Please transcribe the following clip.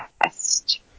best